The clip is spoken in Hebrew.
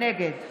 נגד